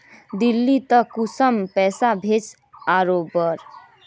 दिल्ली त कुंसम पैसा भेज ओवर?